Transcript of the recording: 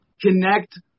connect